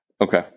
Okay